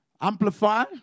Amplify